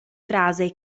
frase